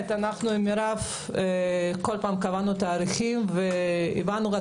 עם מירב בן ארי בכל פעם קבענו תאריכים והבנו עד